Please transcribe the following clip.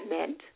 meant